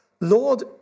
Lord